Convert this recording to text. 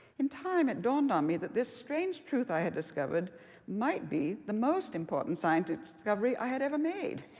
in time, it dawned on me that this strange truth i had discovered might be the most important scientific discovery i had ever made.